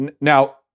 now